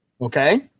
Okay